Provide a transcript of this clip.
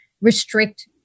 restrict